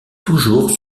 toujours